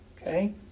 Okay